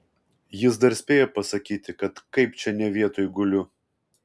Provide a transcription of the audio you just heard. jis dar spėjo pasakyti kad kaip čia ne vietoj guliu